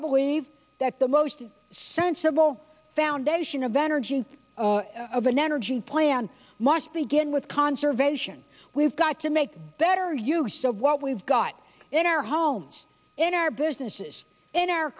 believe that the most sensible foundation of energy and of an energy plan must begin with conservation we've got to make better use of what we've got in our homes in our businesses in our